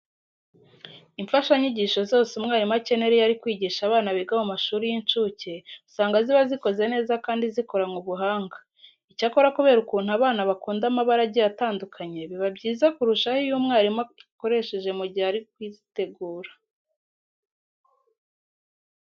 Imfashanyigisho zose umwarimu akenera iyo ari kwigisha abana biga mu mashuri y'incuke, usanga ziba zikoze neza kandi zikoranwe ubuhanga. Icyakora kubera ukuntu abana bakunda amabara agiye atandukanye, biba byiza kurushaho iyo umwarimu ayakoresheje mu gihe ari kuzitegura.